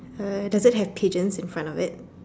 uh does it have pigeons in front of it